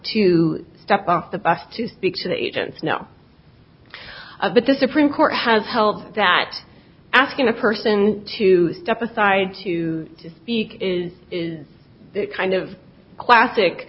to step off the bus to speak to the agents know of but the supreme court has helped that asking a person to step aside to speak is is kind of classic